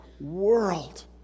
world